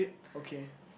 okay